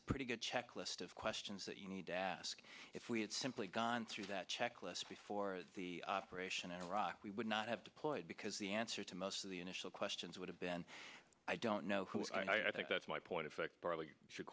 a pretty good checklist of questions that you need to ask if we had simply gone through that checklist before the operation in iraq we would not have deployed because the answer to most of the initial questions would have been i don't know who i think that's my point of fact